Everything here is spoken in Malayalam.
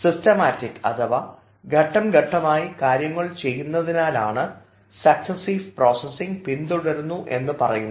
സിസ്റ്റമാറ്റിക് അഥവാ ഘട്ടംഘട്ടമായി കാര്യങ്ങൾ ചെയ്യുന്നതിനാലാണ് സക്സ്സസീവ് പ്രോസസിംഗ് പിന്തുടരുന്നു എന്ന് പറയുന്നത്